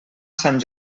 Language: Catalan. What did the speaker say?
sant